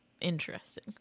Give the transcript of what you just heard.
interesting